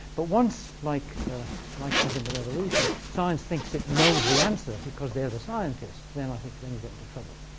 but once like like as in the revolution, science thinks it knows the answer, because they are the scientists. then i think then you get into trouble.